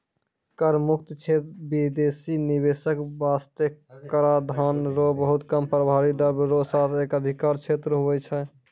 कर मुक्त क्षेत्र बिदेसी निवेशक बासतें कराधान रो बहुत कम प्रभाबी दर रो साथ एक अधिकार क्षेत्र हुवै छै